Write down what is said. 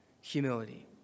humility